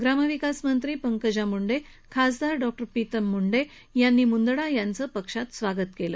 ग्रामविकास मंत्री पंकजा मंडे खासदार डॉ प्रीतम मुंडे यांनी मुंदडा यांचं पक्षात स्वागत केलं